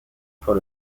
pour